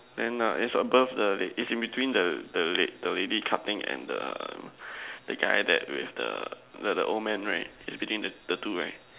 then err it's above the it's in between the the lad the lady cutting and the the guy that with the the the old man right it's between the the two right